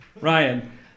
Ryan